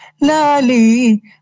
lali